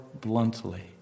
bluntly